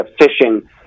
fishing